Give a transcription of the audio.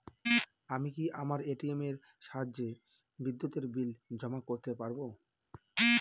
আমি কি আমার এ.টি.এম এর সাহায্যে বিদ্যুতের বিল জমা করতে পারব?